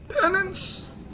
Penance